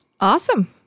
Awesome